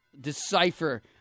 decipher